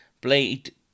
Blade